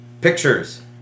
Pictures